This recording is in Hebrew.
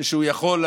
ושהוא יכול,